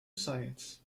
science